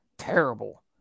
Terrible